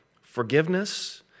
forgiveness